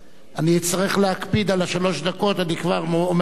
אני אצטרך להקפיד על שלוש הדקות, אני כבר אומר לך.